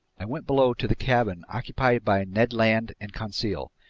i went below to the cabin occupied by ned land and conseil,